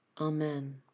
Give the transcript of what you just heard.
Amen